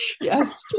Yes